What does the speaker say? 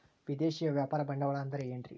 ವಿದೇಶಿಯ ವ್ಯಾಪಾರ ಬಂಡವಾಳ ಅಂದರೆ ಏನ್ರಿ?